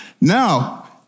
now